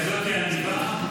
כנסת נכבדה,